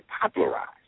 popularized